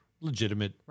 legitimate